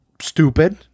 stupid